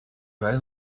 weiß